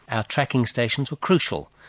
our tracking stations were crucial,